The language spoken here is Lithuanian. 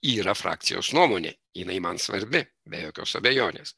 yra frakcijos nuomonė jinai man svarbi be jokios abejonės